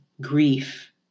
grief